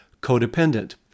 codependent